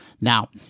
Now